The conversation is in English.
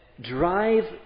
drive